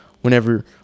Whenever